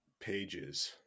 Pages